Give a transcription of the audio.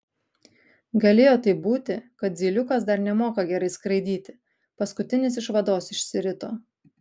galėjo taip būti kad zyliukas dar nemoka gerai skraidyti paskutinis iš vados išsirito